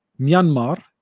Myanmar